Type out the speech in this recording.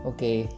Okay